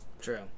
True